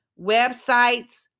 websites